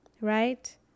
right